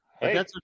Hey